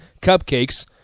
cupcakes